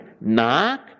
Knock